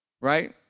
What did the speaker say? Right